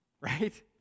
Right